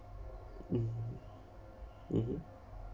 hmm mmhmm